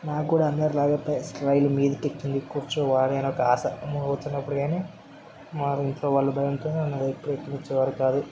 నాకు కూడా అందరిలాగా ప్రెస్ రైలు మీదికెక్కి కూర్చోవాలి అని ఒక ఆశ మూవ్ అవుతున్నప్పుడు కాని మా ఇంట్లో వాళ్ళు కనుక పైకి ఎక్కి అలా కూర్చునేవారు కాదు